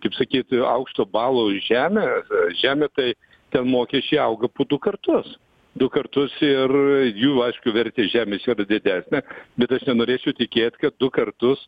ir kaip sakyt aukšto balo žemė žemė tai ten mokesčiai auga po du kartus du kartus ir jų aišku vertė žemės yra didesnė bet aš nenorėčiau tikėt kad du kartus